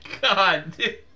God